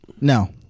No